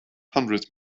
hundreds